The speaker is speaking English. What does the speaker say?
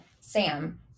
Sam